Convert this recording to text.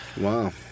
Wow